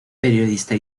periodista